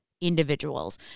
individuals